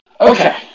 Okay